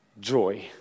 Joy